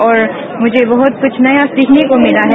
और मुझे बहुत कुछ नया सीखने का मौका मिला है